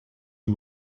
you